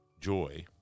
joy